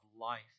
life